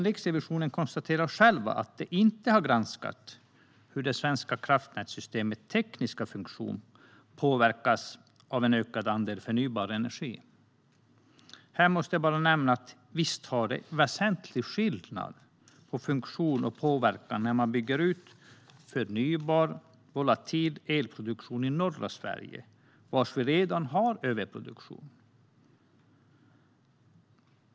Riksrevisionen konstaterar dock själv att man inte har granskat hur det svenska kraftnätssystemets tekniska funktion påverkas av en ökad andel förnybar energi. Här måste jag bara nämna att det är en väsentlig skillnad i funktion och påverkan när man bygger ut förnybar volatil elproduktion i norra Sverige där vi redan har överproduktion.